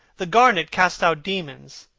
the garnet cast out demons,